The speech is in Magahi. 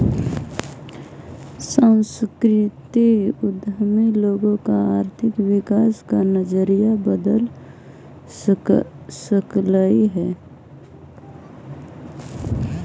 सांस्कृतिक उद्यमी लोगों का आर्थिक विकास का नजरिया बदल सकलई हे